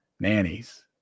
Nannies